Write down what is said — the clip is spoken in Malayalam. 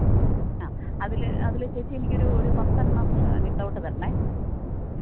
ആ അതിൽ അതിൽ ചേച്ചി എനിക്കൊരു ഒരു പത്തെണ്ണം വിത്തൗട്ട് തരണേ